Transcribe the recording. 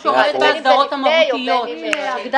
אולי לומר שוועדת השחרורים המיוחדת מצאה לפי פסק